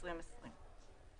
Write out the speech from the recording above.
התשפ"א-2020.